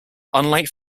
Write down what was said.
unlike